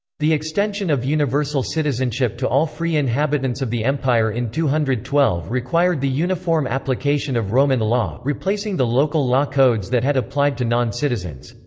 the extension of universal citizenship to all free inhabitants of the empire in two hundred and twelve required the uniform application of roman law, replacing the local law codes that had applied to non-citizens.